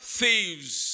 thieves